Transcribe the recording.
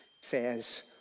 says